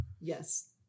Yes